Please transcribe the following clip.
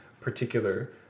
particular